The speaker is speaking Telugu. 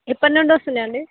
ఎప్పటి నుంచి వస్తున్నాయి అండి